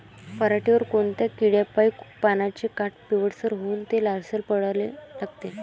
पऱ्हाटीवर कोनत्या किड्यापाई पानाचे काठं पिवळसर होऊन ते लालसर पडाले लागते?